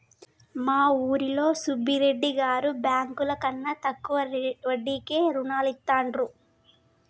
మా ఊరిలో సుబ్బిరెడ్డి గారు బ్యేంకుల కన్నా తక్కువ వడ్డీకే రుణాలనిత్తండ్రు